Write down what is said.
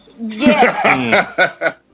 yes